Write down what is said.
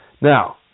Now